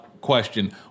question